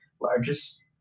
largest